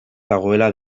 dagoela